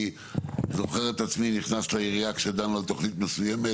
אני זוכר את עצמי נכנס לעירייה כשדנו על תוכנית מסוימת,